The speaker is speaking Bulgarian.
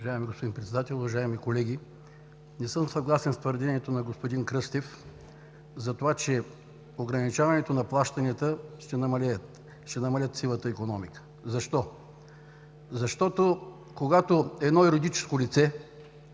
Уважаеми господин Председател, уважаеми колеги! Не съм съгласен с твърдението на господин Кръстев за това, че ограничаването на плащанията ще намали сивата икономика. Защо? Защото, когато едно юридическо лице